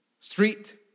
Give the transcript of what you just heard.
street